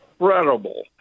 incredible